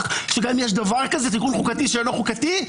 שגם יש דבר כזה תיקון חוקתי שאינו חוקתי,